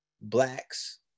Blacks